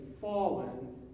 fallen